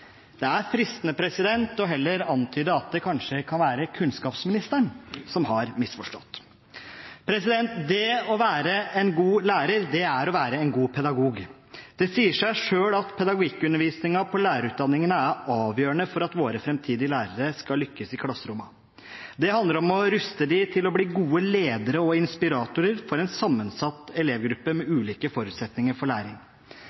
Det er fristende heller å antyde at det kanskje kan være kunnskapsministeren som har misforstått. Det å være en god lærer er å være en god pedagog. Det sier seg selv at pedagogikkundervisningen på lærerutdanningen er avgjørende for at våre framtidige lærere skal lykkes i klasserommet. Det handler om å ruste dem til å bli gode ledere og inspiratorer for en sammensatt elevgruppe med ulike forutsetninger for læring.